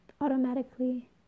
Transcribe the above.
automatically